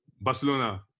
Barcelona